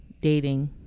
dating